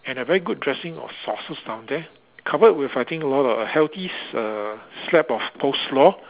and a very good dressing of sauces down there covered with I think a lot a healthy err slab of coleslaw